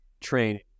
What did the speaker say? training